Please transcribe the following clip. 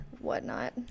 whatnot